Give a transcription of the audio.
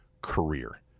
career